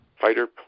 fighter